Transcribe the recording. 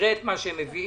נראה את מה שהם מביאים,